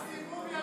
לך.